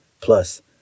Plus